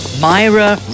Myra